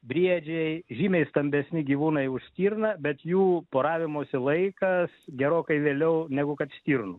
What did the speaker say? briedžiai žymiai stambesni gyvūnai už stirną bet jų poravimosi laikas gerokai vėliau negu kad stirnų